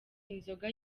inzoga